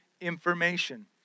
information